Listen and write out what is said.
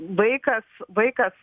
vaikas vaikas